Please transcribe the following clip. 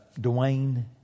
Dwayne